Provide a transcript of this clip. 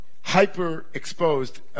hyper-exposed